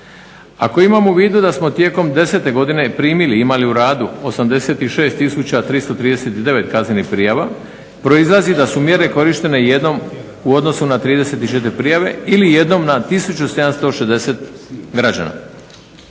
Ako imamo u vidu da smo tijekom '10. godine primili, imali u radu 86339 kaznenih prijava proizlazi da su mjere korištene jednom u odnosu na 34 prijave ili jednom na 1760 građana.